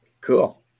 Cool